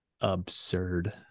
absurd